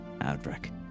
Adric